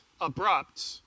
abrupt